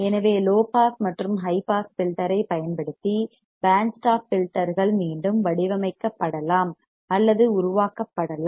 எனவே low pass மற்றும் high pass filter ஐப் பயன்படுத்தி பேண்ட் ஸ்டாப் ஃபில்டர்கள் மீண்டும் வடிவமைக்கப்படலாம் அல்லது உருவாக்கப்படலாம்